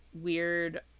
weird